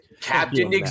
Captain